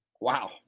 wow